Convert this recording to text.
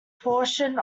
portion